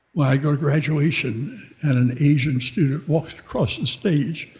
when i go to graduation and an asian student walks across the stage,